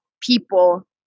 people